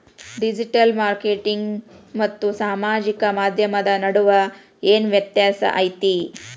digital marketing ಮತ್ತ ಸಾಮಾಜಿಕ ಮಾಧ್ಯಮದ ನಡುವ ಏನ್ ವ್ಯತ್ಯಾಸ ಐತಿ